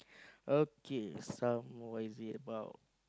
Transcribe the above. okay this one what is it about